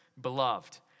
Beloved